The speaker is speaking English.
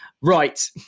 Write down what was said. Right